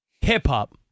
Hip-hop